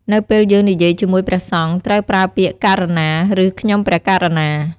នៅពេលយើងនិយាយជាមួយព្រះសង្ឃ ត្រូវប្រើពាក្យ ករុណា ឬ ខ្ញុំព្រះករុណា។